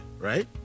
right